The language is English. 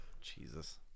Jesus